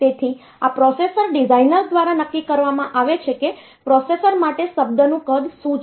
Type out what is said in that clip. તેથી આ processor designer દ્વારા નક્કી કરવામાં આવે છે કે પ્રોસેસર માટે શબ્દનું કદ શું છે